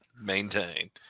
maintain